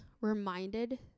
reminded